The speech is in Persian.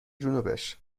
جنوبش